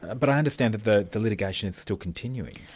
but i understand that the the litigation is still continuing.